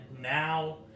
now